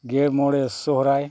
ᱜᱮ ᱢᱚᱬᱮ ᱥᱚᱦᱨᱟᱭ